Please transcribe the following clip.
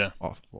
off